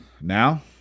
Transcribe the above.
Now